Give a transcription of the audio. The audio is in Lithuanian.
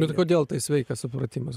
bet kodėl tai sveikas supratimas